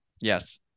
Yes